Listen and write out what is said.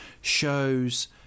shows